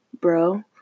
Bro